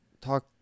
talk